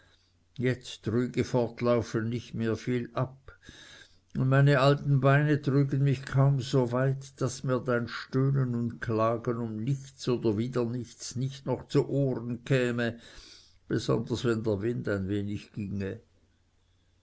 jetzt trüge fortlaufen nicht viel mehr ab und meine alten beine trügen mich kaum so weit daß mir dein stöhnen und klagen um nichts oder wieder nichts nicht noch zu ohren käme besonders wenn der wind ein wenig ginge